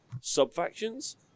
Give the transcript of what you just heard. sub-factions